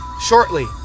shortly